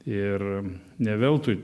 ir ne veltui